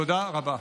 תודה רבה.